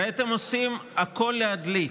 הרי אתם עושים הכול להדליק.